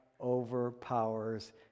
overpowers